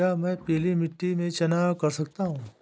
क्या मैं पीली मिट्टी में चना कर सकता हूँ?